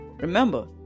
Remember